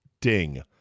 ding